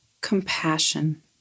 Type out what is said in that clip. compassion